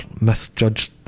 misjudged